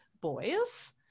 boys